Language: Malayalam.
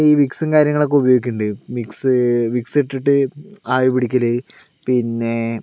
ഈ വിക്സും കാര്യങ്ങളൊക്കെ ഉപയോഗിക്കുന്നുണ്ട് വിക്സ് വിക്സ് ഇട്ടിട്ട് ആവി പിടിക്കൽ പിന്നെ